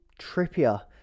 Trippier